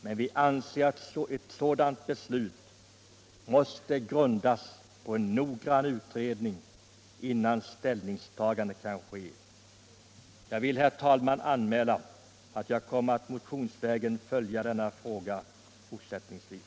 Men vi anser att ett sådant beslut måste grundas på en noggrann utredning innan ställningstagande kan ske. Jag vill, herr talman, anmäla att jag kommer att motionsvägen följa denna fråga fortsättningsvis.